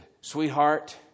sweetheart